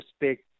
respect